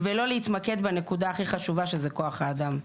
ולא להתמקד בנקודה הכי חשובה שזה כוח האדם.